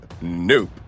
nope